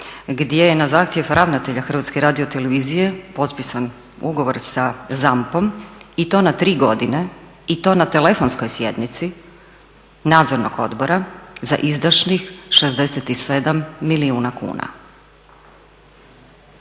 gdje je na zahtjev ravnatelja HRT-a potpisan ugovor sa ZAMP-om i na tri godine i to na telefonskoj sjednici nadzornog odbora za izdašnih 67 milijuna kuna.